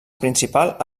principal